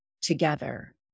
together